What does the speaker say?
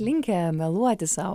linkę meluoti sau